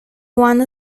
wanna